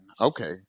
Okay